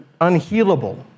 unhealable